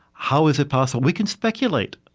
how is it possible? we can speculate.